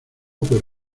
por